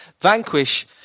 Vanquish